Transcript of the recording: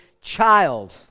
child